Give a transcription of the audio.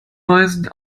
weisen